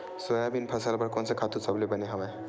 Soybean फसल बर कोन से खातु सबले बने हवय?